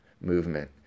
movement